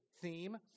theme